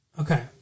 Okay